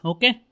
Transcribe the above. Okay